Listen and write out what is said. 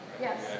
Yes